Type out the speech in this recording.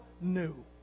new